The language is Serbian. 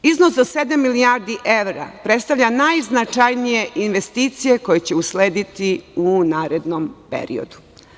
Iznos da sedam milijardi evra predstavlja najznačajnije investicije koje će uslediti u narednom periodu.